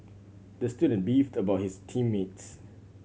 the student beefed about his team mates